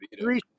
Three